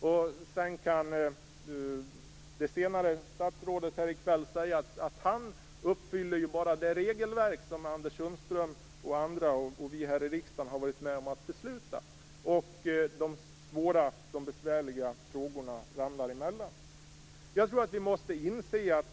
Statsrådet som svarar på den andra interpellationen senare i kväll kan då säga att han helt enkelt efterlever det regelverk som Anders Sundström och vi här i riksdagen har varit med om att fatta beslut om. De svåra och besvärliga frågorna ramlar på så vis mellan stolarna.